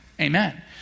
Amen